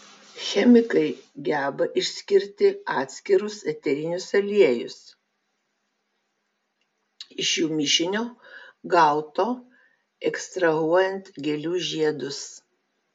chemikai geba išskirti atskirus eterinius aliejus iš jų mišinio gauto ekstrahuojant gėlių žiedus